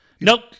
Nope